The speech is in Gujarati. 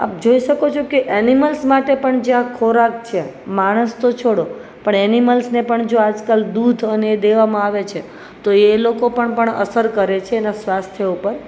આપ જોઈ શકો છો કે એનિમલ્સ માટે પણ જ્યાં ખોરાક છે માણસ તો છોડો પણ એનિમલ્સ ને પણ જો આજકાલ દૂધ અને એ દેવામાં આવે છે તો એ લોકો પણ અસર કરે છે એના સ્વાસ્થ્ય ઉપર